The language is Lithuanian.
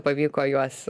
pavyko juos